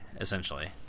essentially